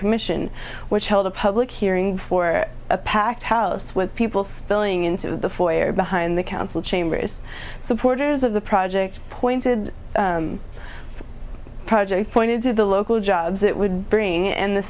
commission which held a public hearing before a packed house with people spilling into the foyer behind the council chamber is supporters of the project pointed project pointed to the local jobs it would bring in